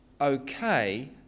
okay